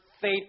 faith